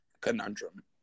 conundrum